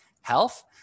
health